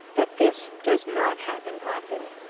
but this does not happen often.